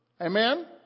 amen